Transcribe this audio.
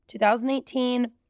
2018